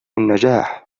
النجاح